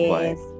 Yes